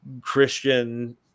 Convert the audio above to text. Christian